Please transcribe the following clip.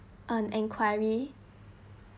an enquiry